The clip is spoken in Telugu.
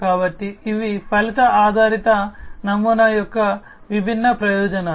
కాబట్టి ఇవి ఫలిత ఆధారిత నమూనా యొక్క విభిన్న ప్రయోజనాలు